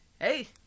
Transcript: hey